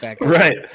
right